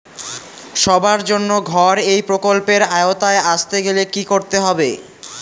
সবার জন্য ঘর এই প্রকল্পের আওতায় আসতে গেলে কি করতে হবে?